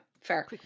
fair